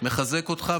מחזק אותך,